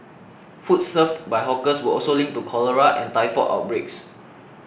food served by hawkers were also linked to cholera and typhoid outbreaks